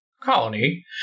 colony